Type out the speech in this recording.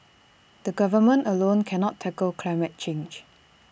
the government alone cannot tackle climate change